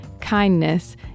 kindness